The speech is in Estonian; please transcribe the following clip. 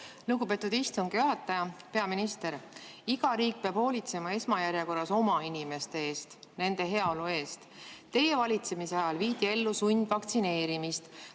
Lugupeetud istungi juhataja! Peaminister! Iga riik peab hoolitsema esmajärjekorras oma inimeste eest, nende heaolu eest. Teie valitsemise ajal viidi ellu sundvaktsineerimist,